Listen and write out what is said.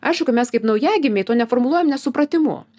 aišku kad mes kaip naujagimiai to neformuluojam nesupratimu